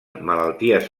malalties